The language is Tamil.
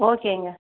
ஓகேங்க